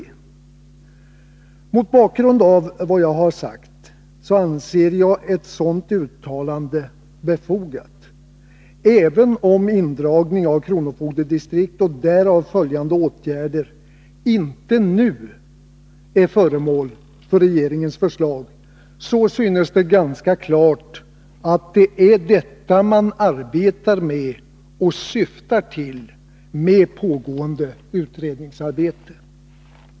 Mot bakgrund av vad jag har sagt anser jag ett sådant uttalande befogat. Även om indragning av kronofogdedistrikt och därav följande åtgärder inte nu är föremål för något regeringens förslag, synes det ganska klart att det är detta man arbetar med och syftar till med pågående utredningsarbete.